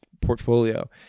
portfolio